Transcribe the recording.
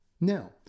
Now